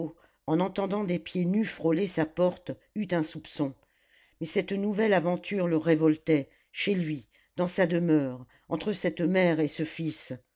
en entendant des pieds nus frôler sa porte eut un soupçon mais cette nouvelle aventure le révoltait chez lui dans sa demeure entre cette mère et ce fils